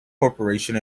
corporation